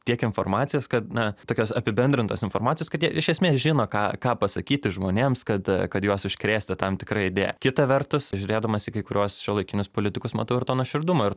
tiek informacijos kad na tokios apibendrintos informacijos kad jie iš esmės žino ką ką pasakyti žmonėms kad kad juos užkrėsti tam tikra idėja kita vertus žiūrėdamas į kai kuriuos šiuolaikinius politikus matau ir to nuoširdumo ir to